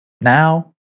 Now